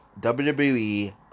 WWE